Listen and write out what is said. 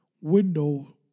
window